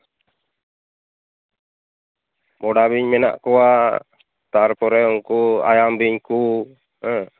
ᱵᱚᱰᱟ ᱵᱤᱧ ᱢᱮᱱᱟᱜ ᱠᱚᱣᱟ ᱛᱟᱨᱯᱚᱨᱮ ᱩᱱᱠᱩ ᱟᱭᱟᱝ ᱵᱤᱧ ᱠᱚ ᱦᱮᱸ